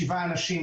שבעה אנשים.